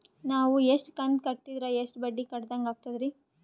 ನಾವು ಇಷ್ಟು ಕಂತು ಕಟ್ಟೀದ್ರ ಎಷ್ಟು ಬಡ್ಡೀ ಕಟ್ಟಿದಂಗಾಗ್ತದ್ರೀ?